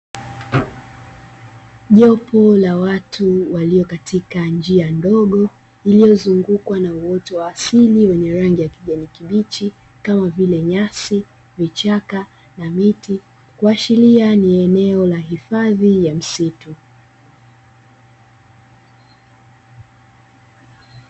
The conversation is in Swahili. Jopo la watu waliokua katika njia ndogo iliyozungukwa na uwoto wa asili wenye rangi ya kijani kibichi kama vile nyasi, vichaka miti, kuashiria ni eneo la hifadhi ya misitu.